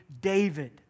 David